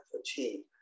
achieve